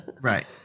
Right